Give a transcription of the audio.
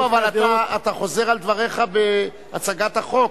אתה חוזר על דבריך בהצגת החוק.